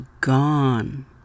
gone